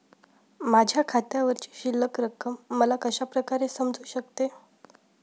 माझ्या खात्यावरची शिल्लक रक्कम मला कशा प्रकारे समजू शकते?